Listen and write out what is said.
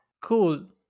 Cool